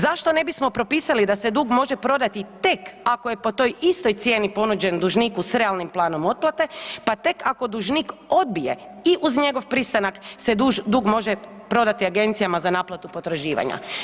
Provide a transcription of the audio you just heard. Zašto ne bismo propisali da se dug može prodati tek ako je po toj istoj cijeni ponuđen dužniku s realnim planom otplate pa tek ako dužnik odbije i uz njegov pristanak se dug može prodati agencijama za naplatu potraživanja.